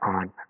on